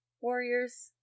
warriors